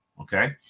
okay